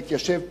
להתיישב פה,